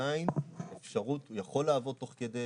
ועדיין הוא יכול לעבוד תוך כדי,